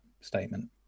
statement